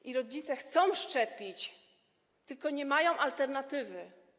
I rodzice chcą szczepić, tylko nie mają alternatywy.